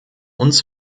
uns